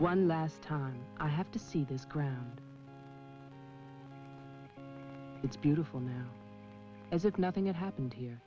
one last time i have to see this ground it's beautiful now as if nothing had happened here